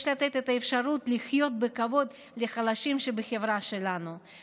יש לתת לחלשים בחברה שלנו את האפשרות לחיות בכבוד,